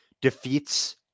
defeats